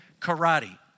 Karate